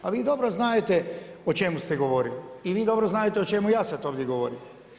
A vi dobro znate o čemu ste govorili i vi dobro znate o čemu ja sada ovdje govorim.